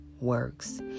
works